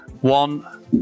One